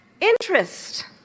interest